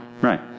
Right